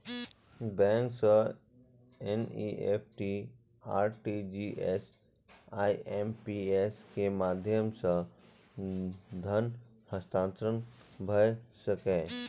bank सं NEFT, RTGS, IMPS के माध्यम सं धन हस्तांतरण भए सकैए